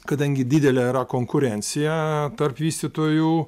kadangi didelė yra konkurencija tarp vystytojų